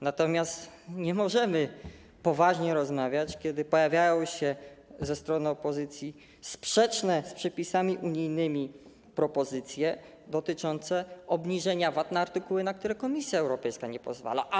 Natomiast nie możemy poważnie rozmawiać, kiedy pojawiają się ze strony opozycji sprzeczne z przepisami unijnymi propozycje dotyczące obniżenia VAT na artykuły, na które Komisja Europejska nie pozwala obniżyć VAT-u.